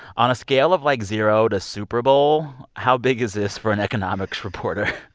on a scale of, like, zero to super bowl, how big is this for an economics reporter?